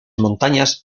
montañas